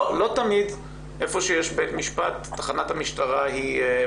לא תמיד איפה שיש בית משפט יש בהכרח תחנת משטרה קרובה.